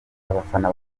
abafana